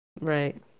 Right